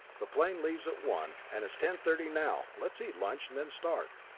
the plane leaves at one, and it's ten-thirty now. let's eat lunch and then start.